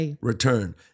return